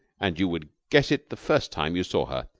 and you would guess it the first time you saw her.